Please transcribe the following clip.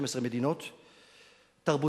12 מדינות תרבותיות,